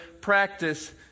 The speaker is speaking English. practice